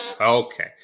Okay